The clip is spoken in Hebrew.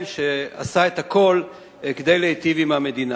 שעשה את הכול כדי להיטיב עם המדינה.